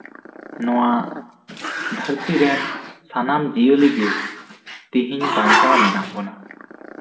ᱱᱚᱣᱟ ᱫᱷᱟᱹᱨᱛᱤ ᱨᱮᱱ ᱥᱟᱱᱟᱢ ᱡᱤᱭᱟᱹᱞᱤ ᱜᱮ ᱛᱮᱦᱮᱧ ᱵᱟᱧᱪᱟᱣ ᱢᱮᱱᱟᱜ ᱵᱚᱱᱟ